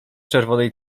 czerwonej